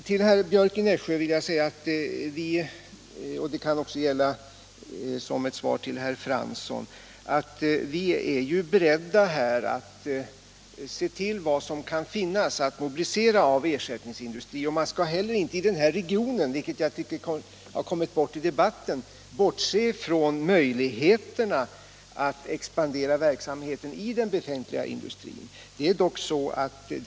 Till herr Björck i Nässjö och herr Fransson vill jag säga att vi är beredda att undersöka vad som kan finnas att mobilisera av ersättningsindustri. — Nr 132 Man skall inte heller bortse från möjligheterna — vilket jag tycker att Måndagen den man har gjort i denna debatt — att verksamheten i den befintliga industrin 16 maj 1977 i denna region kan expandera.